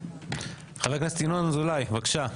חבר הכנסת ינון אזולאי, בבקשה.